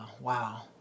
wow